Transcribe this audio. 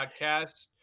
podcast